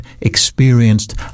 experienced